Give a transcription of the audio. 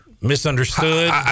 misunderstood